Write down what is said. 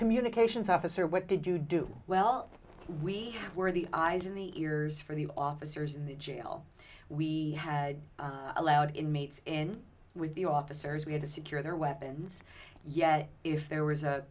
communications officer what did you do well we were the eyes in the ears for the officers in the jail we had allowed inmates in with officers we had to secure their weapons yet if there was a